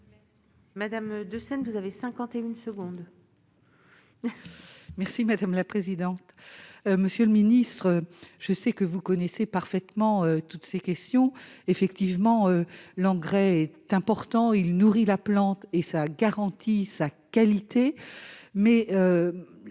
Madame de scène, vous avez 51 secondes. Merci madame la présidente, monsieur le ministre, je sais que vous connaissez parfaitement toutes ces questions effectivement l'engrais est important, il nourrit la plante et ça garantit sa qualité mais